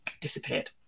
disappeared